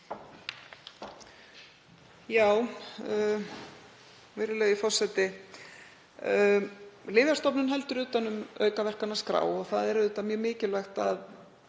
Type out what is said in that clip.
Virðulegi forseti. Lyfjastofnun heldur utan um aukaverkanaskrá og það er auðvitað mjög mikilvægt að